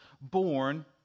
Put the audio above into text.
born